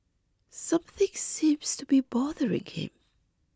something seems to be bothering him